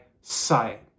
sight